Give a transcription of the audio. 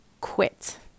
quit